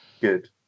Good